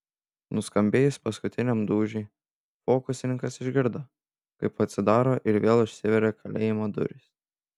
nuskambėjus paskutiniam dūžiui fokusininkas išgirdo kaip atsidaro ir vėl užsiveria kalėjimo durys